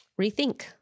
rethink